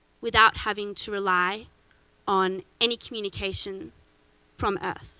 without having to rely on any communication from earth.